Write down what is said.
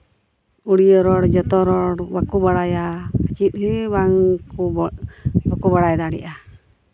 ᱩᱲᱭᱟᱹ ᱨᱚᱲ ᱡᱚᱛᱚ ᱨᱚᱲ ᱵᱟᱠᱚ ᱵᱟᱲᱟᱭᱟ ᱪᱮᱫ ᱜᱮ ᱵᱟᱝᱠᱚ ᱵᱟᱠᱚ ᱵᱟᱲᱟᱭ ᱫᱟᱲᱮᱭᱟᱜᱼᱟ